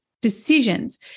decisions